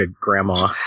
grandma